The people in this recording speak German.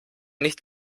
nicht